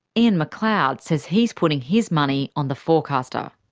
ian mcleod says he's putting his money on the forecaster.